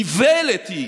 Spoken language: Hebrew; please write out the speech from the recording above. איוולת היא